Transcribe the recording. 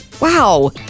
wow